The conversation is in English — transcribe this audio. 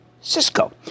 Cisco